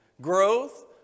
Growth